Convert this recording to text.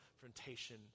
confrontation